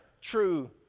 true